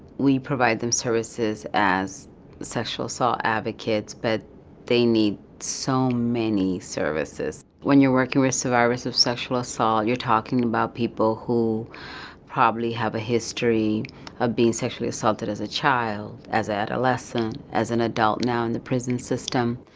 we provide them services as sexual assault advocates but they need so many services. when you're working with survivors of sexual assault, you're talking about people who probably have a history of being sexually assaulted as a child, as an adolescent, as an adult, now in the prison system.